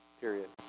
Period